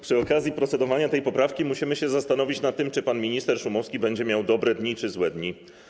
Przy okazji procedowania nad tą poprawką musimy się zastanowić nad tym, czy pan minister Szumowski będzie miał dobre dni czy złe dni.